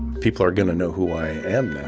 people are going to know who i am